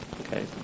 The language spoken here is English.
okay